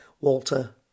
Walter